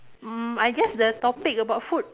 mm I guess the topic about food